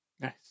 nice